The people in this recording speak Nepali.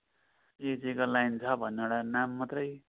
पिएचईको लाइन छ भन्नु एउटा नाम मात्रै